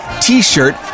t-shirt